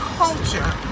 culture